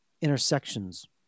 intersections